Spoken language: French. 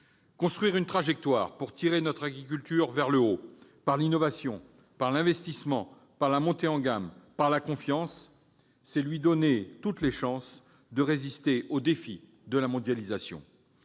Construire une trajectoire pour tirer notre agriculture vers le haut, par l'innovation, par l'investissement, par la montée en gamme, par la confiance, c'est lui donner toutes les chances de résister aux défis de la mondialisation.